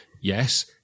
yes